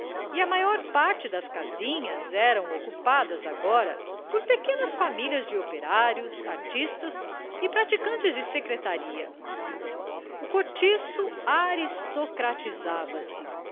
e a maior parte das casinhas eram ocupadas agora por pequenas famílias de operários artistas e praticantes de secretaria o cortiço aristocratizava se